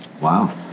Wow